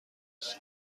است